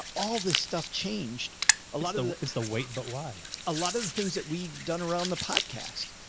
all this stuff changed a lot of it's the wait, but why? a lot of the things that we've done around the podcast,